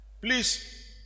Please